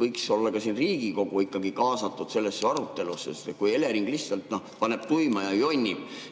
võiks olla ka Riigikogu ikkagi kaasatud sellesse arutelusse? Sest Elering lihtsalt paneb tuima ja jonnib.